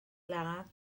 ladd